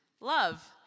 love